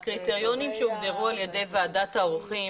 הקריטריונים שהוגדרו על ידי ועדת העורכים